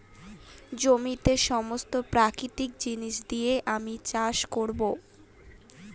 জমিতে সমস্ত প্রাকৃতিক জিনিস দিয়ে আমি চাষ করবো